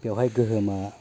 बेवहाय गोहोमा